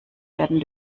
werden